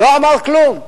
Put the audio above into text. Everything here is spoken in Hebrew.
לא אמר כלום.